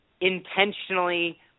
intentionally –